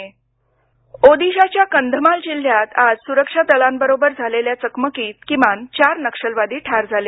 ओदिशा नक्षलवादी ओदिशाच्या कंधमाल जिल्ह्यात आज सुरक्षा दलांबरोबर झालेल्या चकमकीत किमान चार नक्षलवादी ठार झाले